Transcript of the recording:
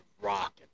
rocking